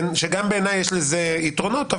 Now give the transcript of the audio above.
שגם בעיניי יש לזה יתרונות,